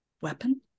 weapon